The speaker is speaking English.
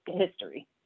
history